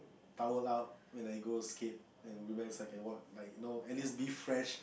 towel out when I go skate and like you know at least be fresh